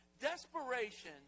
Desperation